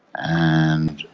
and.